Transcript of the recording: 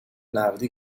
نقدی